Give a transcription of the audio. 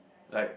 like